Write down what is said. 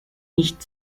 nicht